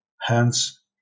hence